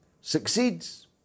succeeds